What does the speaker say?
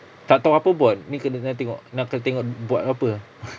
tak tahu apa board